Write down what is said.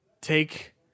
Take